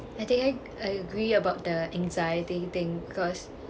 I think I I agree about the anxiety thing cause